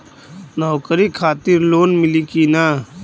नौकरी खातिर लोन मिली की ना?